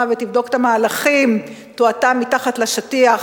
ותבדוק את המהלכים טואטא מתחת לשטיח,